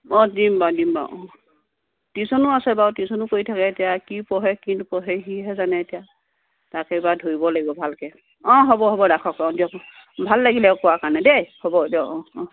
অ দিম বাৰু দিম বাৰু টিউশ্যনো আছে বাৰু টিউশ্যনো কৰি থাকে এতিয়া কি পঢ়ে কি নপঢ়ে সিহে জানে এতিয়া তাক এইবাৰ ধৰিব লাগিব ভালকে অ হ'ব হ'ব ৰাখক অ দিয়ক ভাল লাগিলে কোৱাৰ কাৰণে দেই হ'ব দিয়ক অ অ